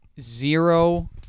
zero